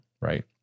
right